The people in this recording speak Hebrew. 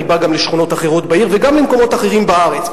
ואני בא גם לשכונות אחרות בעיר וגם למקומות אחרים בארץ,